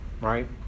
right